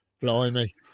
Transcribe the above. Blimey